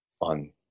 on